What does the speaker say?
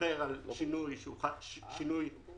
לדבר על שינוי מיידי.